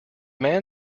man